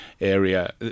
area